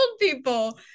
people